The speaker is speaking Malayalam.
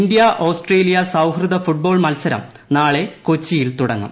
ഇന്ത്യ ആസ്ട്രേലിയ സൌഹൃദ ഫുട്ബോൾ മത്സരം നാളെ കൊച്ചിയിൽ തുടങ്ങും